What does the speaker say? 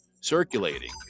circulating